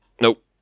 Nope